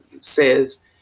says